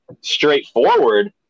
Straightforward